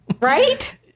Right